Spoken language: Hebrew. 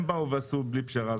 הם באו ועשו בלי פשרה.